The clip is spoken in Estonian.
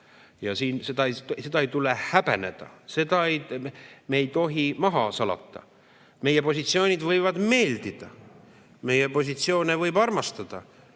Seda ei tule häbeneda. Seda me ei tohi maha salata. Meie positsioonid võivad meeldida, meie positsioone võib armastada,